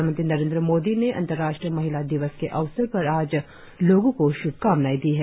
प्रधानमंत्री नरेन्द्र मोदी ने अंतर्राष्ट्रीय महिला दिवस के अवसर पर आज लोगों को श्भकामनाएं दी हैं